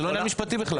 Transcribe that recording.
זה לא עניין משפטי בכלל.